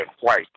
white